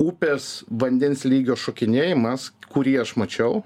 upės vandens lygio šokinėjimas kurį aš mačiau